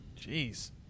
Jeez